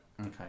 Okay